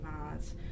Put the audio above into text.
violence